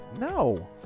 No